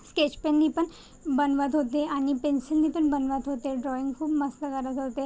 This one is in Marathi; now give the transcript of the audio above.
स्केचपेननी पण बनवत होते आणि पेन्सिलनी पण बनवत होते ड्रॉईंग खूप मस्त काढत होते